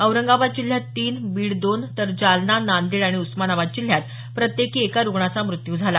औरंगाबाद जिल्ह्यात तीन बीड दोन तर जालना नांदेड आणि उस्मानाबाद जिल्ह्यात प्रत्येकी एका रुग्णाचा मृत्यू झाला